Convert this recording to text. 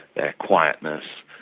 their quietness,